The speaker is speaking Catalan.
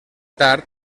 tard